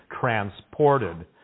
transported